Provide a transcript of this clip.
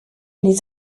les